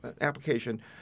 application